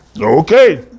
Okay